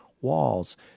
walls